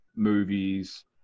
movies